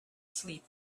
sleep